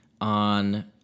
on